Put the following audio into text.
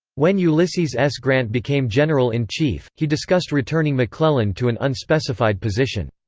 when ulysses s. grant became general-in-chief, he discussed returning mcclellan to an unspecified position.